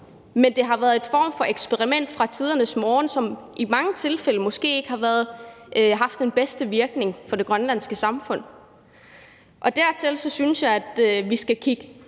Men det har været en form for eksperiment fra tidernes morgen, som i mange tilfælde måske ikke har haft den bedste virkning for det grønlandske samfund. Derfor synes jeg, at vi skal kigge